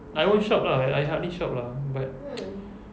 I won't shop lah I hardly shop lah but